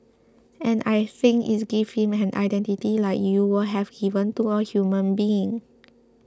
and I think it gives him an identity like you would have given to a human being